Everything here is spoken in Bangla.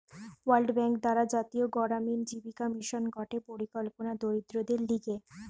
ওয়ার্ল্ড ব্যাঙ্ক দ্বারা জাতীয় গড়ামিন জীবিকা মিশন গটে পরিকল্পনা দরিদ্রদের লিগে